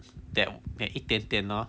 that that 一点点 lor